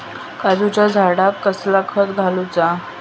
काजूच्या झाडांका कसला खत घालूचा?